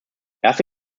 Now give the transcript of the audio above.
erste